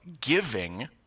giving